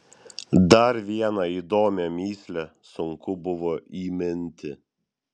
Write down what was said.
dar vieną įdomią mįslę sunku buvo įminti